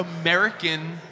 American